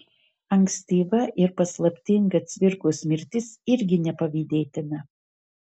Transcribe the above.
ankstyva ir paslaptinga cvirkos mirtis irgi nepavydėtina